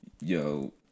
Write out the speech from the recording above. yo